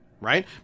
right